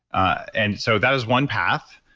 and so that is one path,